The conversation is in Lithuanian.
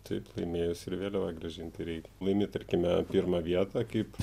taip laimėjus ir vėliavą grąžinti reikia laimi tarkime pirmą vietą kaip